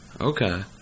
Okay